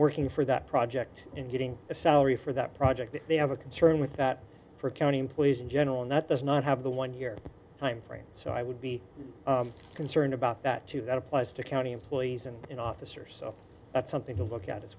working for that project and getting a salary for that project they have a concern with that for county employees in general and that does not have the one year time frame so i would be concerned about that too that applies to county employees and an officer so that's something to look at